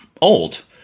old